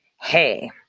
hey